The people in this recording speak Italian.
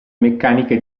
meccaniche